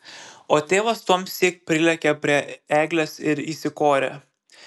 o tėvas tuomsyk prilėkė prie eglės ir įsikorė